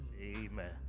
amen